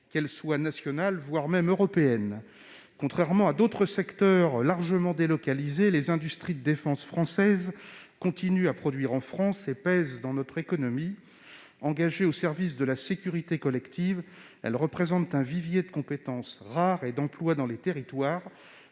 qu'elle soit nationale ou européenne. Contrairement à d'autres secteurs largement délocalisés, les industries de défense françaises continuent à produire en France et pèsent dans notre économie. Engagées au service de la sécurité collective, elles représentent un vivier de compétences rares et d'emplois dans les territoires.